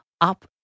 up